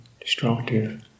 destructive